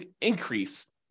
increase